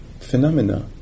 phenomena